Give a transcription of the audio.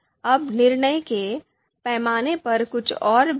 अब निर्णय के पैमाने पर कुछ और बिंदु